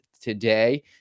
today